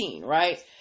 right